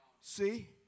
See